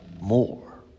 more